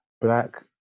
black